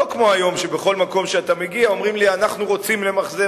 לא כמו היום שבכל מקום שאתה מגיע אומרים לי: אנחנו רוצים למחזר,